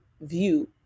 view